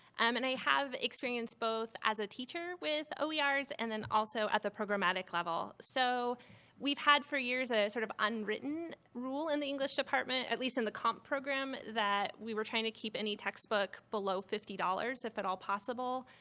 um and i have experience both as a teacher with oers and then also at the programmatic level. so we've had, for years, a sort of unwritten rule in the english department at least in the comp program that we were trying to keep any textbook below fifty dollars if at all possible.